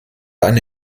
eine